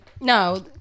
No